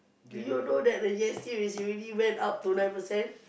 do you know that the G_S_T is already went up to nine percent